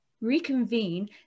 reconvene